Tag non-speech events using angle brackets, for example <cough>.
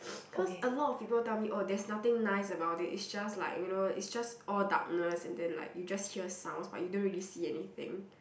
<noise> cause a lot of people tell me oh there's nothing nice about it it's just like you know it's just all darkness and then like you just hear sounds but you don't really see anything